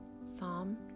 Psalm